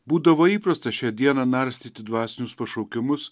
būdavo įprasta šią dieną narstyti dvasinius pašaukimus